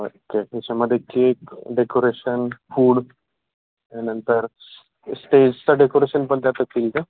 okay त्याच्यामध्ये cake decoration food त्यानंतर स्टेजचं डेकोरेशन पण त्यातच येईल का